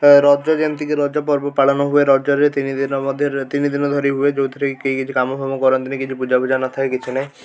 ରଜ ଯେମିତି କି ରଜ ପର୍ବ ପାଳନ ହୁଏ ରଜରେ ତିନି ଦିନ ମଧ୍ୟରେ ତିନି ଦିନ ଧରି ହୁଏ ଯେଉଁଥିରେ କି କେହି କିଛି କାମ ଫାମ କରନ୍ତିନି କିଛି ପୂଜା ଫୂଜା ନଥାଏ କିଛି ନାହିଁ